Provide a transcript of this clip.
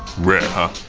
rare, huh?